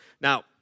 Now